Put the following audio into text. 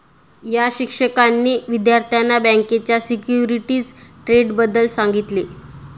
या शिक्षकांनी विद्यार्थ्यांना बँकेच्या सिक्युरिटीज ट्रेडबद्दल सांगितले